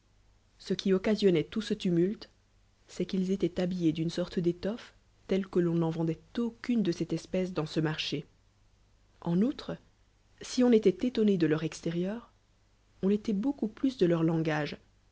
ce qui occasionnoit tout ce tumulte c'est qu'ils étaient habillés d'une sonc d'étoffe telle que l'on n'en vendoit aucune de cette espèce dans ce marché en outre si on étoitétonné de leur extérieur on étoit beaucoup plus de'leur langage